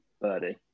birdie